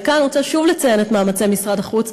וכאן אני רוצה שוב לציין את מאמצי משרד החוץ,